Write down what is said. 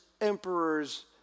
emperors